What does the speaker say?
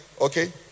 okay